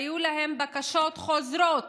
היו להם בקשות חוזרות